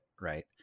right